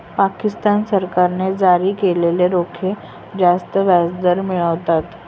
पाकिस्तान सरकारने जारी केलेले रोखे जास्त व्याजदर मिळवतात